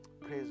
praise